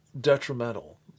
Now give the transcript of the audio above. detrimental